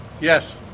Yes